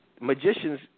magicians